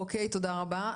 אוקיי, תודה רבה.